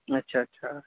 ਅੱਛਾ ਅੱਛਾ